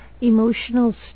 emotional